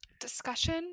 discussion